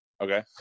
Okay